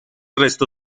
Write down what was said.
resto